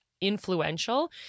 influential